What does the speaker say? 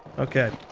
okay oh